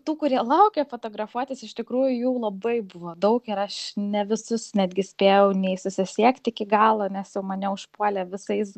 tų kurie laukė fotografuotis iš tikrųjų jų labai buvo daug ir aš ne visus netgi spėjau nei susisiekt iki galo nes jau mane užpuolė visais